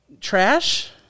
trash